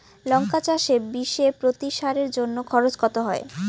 লঙ্কা চাষে বিষে প্রতি সারের জন্য খরচ কত হয়?